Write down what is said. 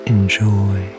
Enjoy